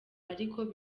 ariko